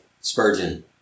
Spurgeon